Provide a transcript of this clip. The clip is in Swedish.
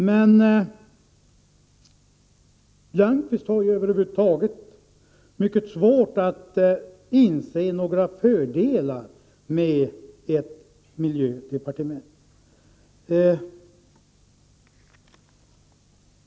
Men Lönnqvist har över huvud taget mycket svårt att inse några fördelar med ett miljödepartement.